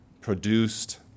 produced